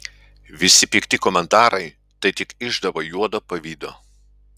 visi pikti komentarai tai tik išdava juodo pavydo